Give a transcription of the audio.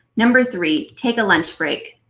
number three, take a lunch break.